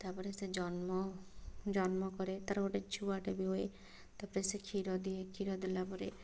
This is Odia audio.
ତାପରେ ସେ ଜନ୍ମ ଜନ୍ମ କରେ ତାର ଗୋଟେ ଛୁଆଟିଏ ବି ହୁଏ ତାପରେ ସେ କ୍ଷୀର ଦିଏ କ୍ଷୀର ଦେଲା ପରେ